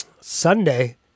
Sunday